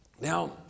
Now